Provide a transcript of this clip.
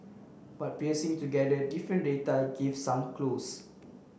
but piecing together different data gives some clues